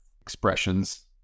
expressions